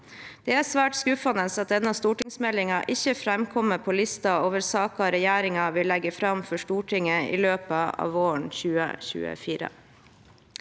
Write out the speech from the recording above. Det er svært skuffende at stortingsmeldingen ikke framkommer på listen over saker regjeringen vil legge fram for Stortinget i løpet av våren 2024.